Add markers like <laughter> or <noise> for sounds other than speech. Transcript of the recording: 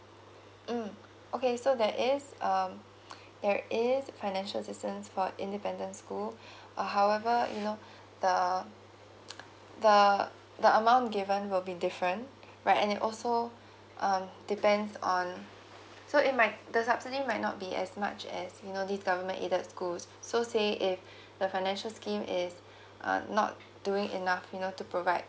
mm okay so there is um <breath> there is financial assistance for independent school <breath> uh however you know <breath> the <breath> the the amount given will be different right and it also um depends on so it might the subsidy might not be as much as you know this government aided schools so say if <breath> the financial scheme is <breath> uh not doing enough you know to provide